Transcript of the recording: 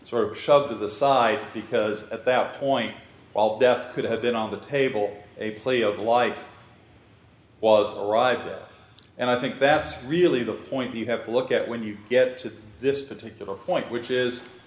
sort of shoved aside because at that point all death could have been on the table a plea of a life was ripe and i think that's really the point you have to look at when you get to this particular point which is